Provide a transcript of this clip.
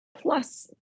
plus